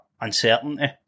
uncertainty